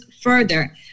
further